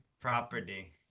Property